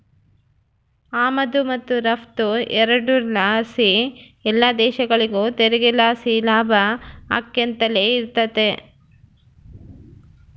ಆಮದು ಮತ್ತು ರಫ್ತು ಎರಡುರ್ ಲಾಸಿ ಎಲ್ಲ ದೇಶಗುಳಿಗೂ ತೆರಿಗೆ ಲಾಸಿ ಲಾಭ ಆಕ್ಯಂತಲೆ ಇರ್ತತೆ